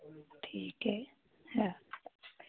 ठीक है हाँ